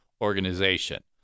organization